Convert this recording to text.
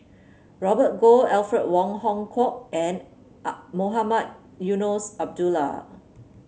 Robert Goh Alfred Wong Hong Kwok and Mohamed Eunos Abdullah